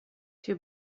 too